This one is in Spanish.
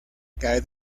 cae